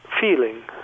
feeling